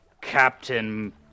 Captain